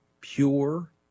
pure